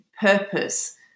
purpose